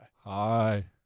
Hi